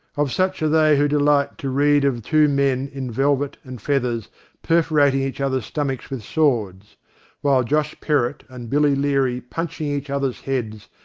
of such are they who delight to read of two men in velvet and feathers perforating each other's stomachs with swords while josh perrott and billy leary, punching each other's heads,